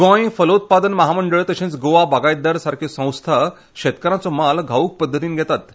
गोंय फलोत्पादन महामंडळ तशेंच गोवा बागायतदार सारक्यो संस्था शेतकारांचो म्हाल घाऊक पद्दतीन घेतात